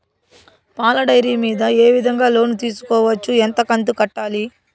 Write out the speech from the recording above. పాల డైరీ మీద ఏ విధంగా లోను తీసుకోవచ్చు? ఎంత కంతు కట్టాలి?